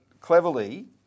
cleverly